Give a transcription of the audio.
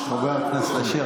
חבר הכנסת אשר,